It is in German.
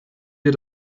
wir